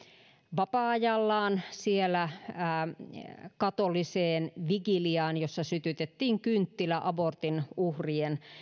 vapaa ajallaan katoliseen vigiliaan jossa sytytettiin kynttilä abortin uhrien